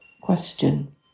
question